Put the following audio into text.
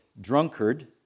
drunkard